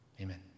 Amen